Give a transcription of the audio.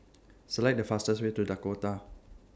Select The fastest Way to Dakota